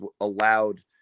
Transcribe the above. allowed